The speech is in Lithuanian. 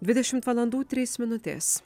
dvidešimt valandų trys minutės